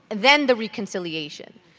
then the reconciliation.